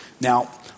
Now